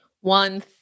One